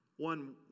One